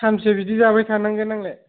सानबैसे बिदि जाबाय थानांगोन आंलाय